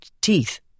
teeth